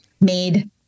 made